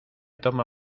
toma